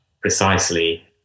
precisely